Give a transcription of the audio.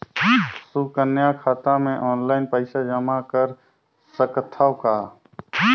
सुकन्या खाता मे ऑनलाइन पईसा जमा कर सकथव का?